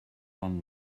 one